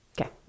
okay